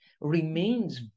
remains